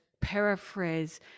paraphrase